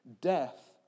Death